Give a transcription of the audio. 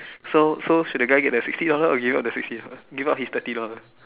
so so should the guy get the sixty dollar or give up the sixty dollar give up his thirty dollar